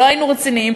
"לא היינו רציניים",